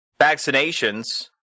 vaccinations